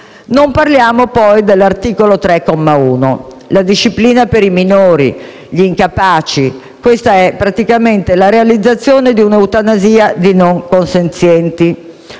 Non parliamo poi dell'articolo 3, comma 1: la disciplina per i minori e gli incapaci è praticamente la realizzazione di un'eutanasia di non consenzienti.